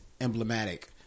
emblematic